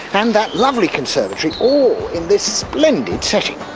and that lovely conservatory all in this splendid setting.